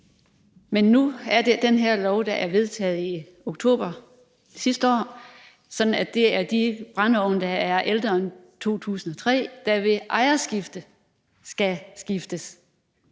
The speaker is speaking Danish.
Men nu er den her lov, der er vedtaget i oktober sidste år, sådan, at det er de brændeovne, der er fra før 2003, der ved ejerskifte skal skiftes.